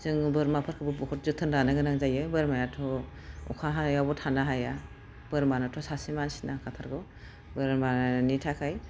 जोङो बोरमाफोरखौबो बुहुत जोथोन लानो गोनां जायो बोरमायाथ' अखा हायावबो थानो हाया बोरमानोथ' सासे मानसि नांखाथारगौ बोरमानि थाखाय